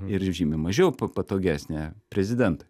ir žymiai mažiau pa patogesnė prezidentui